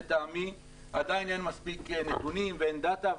לטעמי עדיין אין מספיק נתונים ואין דאטה,